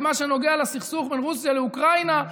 במה שנוגע לסכסוך בין רוסיה לאוקראינה.